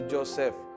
Joseph